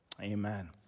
Amen